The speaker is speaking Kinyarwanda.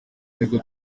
nibwo